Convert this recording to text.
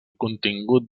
contingut